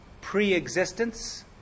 pre-existence